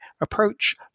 approach